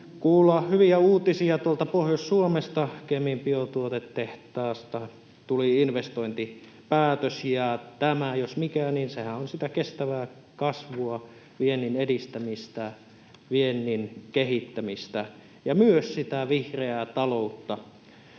kuulla hyviä uutisia tuolta Pohjois-Suomesta: Kemin biotuotetehtaasta tuli investointipäätös, ja tämä jos mikä on sitä kestävää kasvua, viennin edistämistä, viennin kehittämistä ja myös sitä vihreää taloutta.